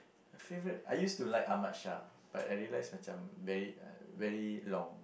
my favourite I used to like Ahmad Shah but I realise macam very uh very long